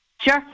Sure